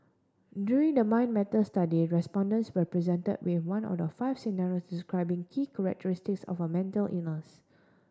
during the Mind Matters study respondents were presented with one of five scenarios describing key characteristics of a mental illness